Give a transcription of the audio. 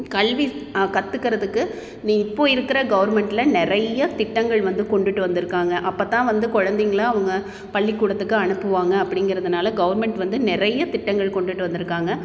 கல்வி கத்துக்கிறதுக்கு நீ இப்போது இருக்கிற கவர்மெண்ட்டில் நிறைய திட்டங்கள் வந்து கொண்டுட்டு வந்திருக்காங்க அப்போத்தான் வந்து குழந்தைங்கள அவங்க பள்ளிக்கூடத்துக்கு அனுப்புவாங்க அப்டிங்கிறதுனால கவர்மெண்ட் வந்து நிறைய திட்டங்கள் கொண்டுட்டு வந்திருக்காங்க